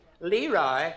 Leroy